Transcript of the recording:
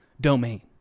domain